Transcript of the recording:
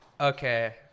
Okay